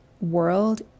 world